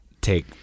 take